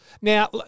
Now